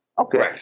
Okay